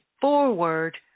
forward